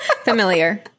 familiar